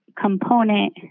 component